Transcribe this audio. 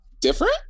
different